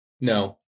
No